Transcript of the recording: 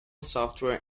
software